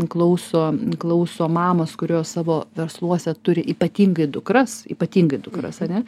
klauso klauso mamos kurios savo versluose turi ypatingai dukras ypatingai dukras ane